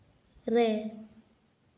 ᱨᱮ